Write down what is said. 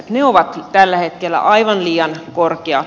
ne ovat tällä hetkellä aivan liian korkeat